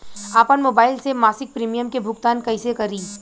आपन मोबाइल से मसिक प्रिमियम के भुगतान कइसे करि?